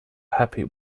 happy